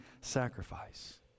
sacrifice